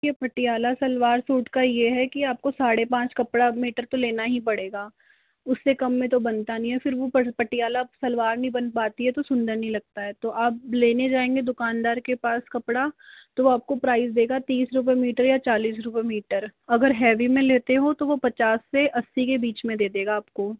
ये पटियाला सलवार सूट का यह है की आपको साढ़े पाँच कपड़ा मीटर तो लेना ही पड़ेगा उससे कम में तो बनता नहीं है फिर वो पटियाला सलवार नहीं बन पाती है तो सुंदर नहीं लगता है तो आप लेने जाएंगे दुकानदार के पास कपड़ा तो वह आपको प्राइस देगा तीस रूपए मीटर या चालीस रूपए मीटर अगर हैवी में लेते हो तो वो पचास से अस्सी के बीच में दे देगा आपको